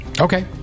okay